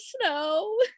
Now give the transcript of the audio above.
snow